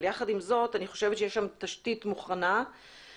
אבל יחד עם זאת אני חושבת שיש שם תשתית מוכנה ואני